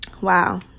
wow